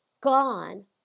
gone